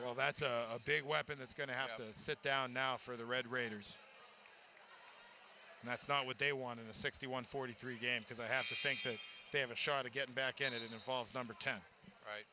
well that's a big weapon that's going to have to sit down now for the red raiders and that's not what they want in the sixty one forty three game because i have to think that they have a shot to get back and it involves number ten right